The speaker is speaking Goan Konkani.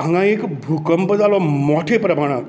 हांगा एक भुकंप जालो मोठ्या प्रमाणांत